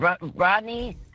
Rodney